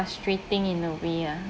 frustrating in a way ah